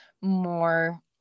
more